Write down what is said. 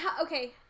Okay